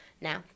Now